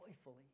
joyfully